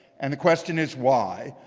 and the question is why.